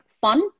fun